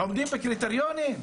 עומדים בקריטריונים?